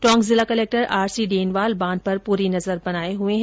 टोक जिला collector R C Denwal बांध पर पूरी नजर बनाये हुए है